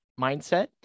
mindset